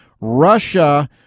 Russia